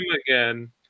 again